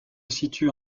situe